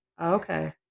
Okay